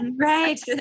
Right